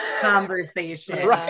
conversation